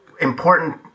Important